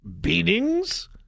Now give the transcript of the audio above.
beatings